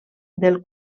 del